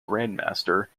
grandmaster